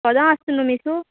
सोदा आसत न्हू मिू